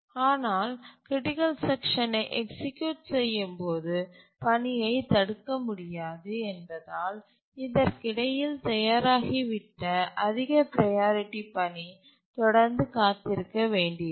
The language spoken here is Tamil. ஆனால் க்ரிட்டிக்கல் செக்ஷன்யை எக்சீக்யூட் செய்யும் போது பணியைத் தடுக்க முடியாது என்பதால் இதற்கிடையில் தயாராகிவிட்ட அதிக ப்ரையாரிட்டி பணி தொடர்ந்து காத்திருக்க வேண்டியிருக்கும்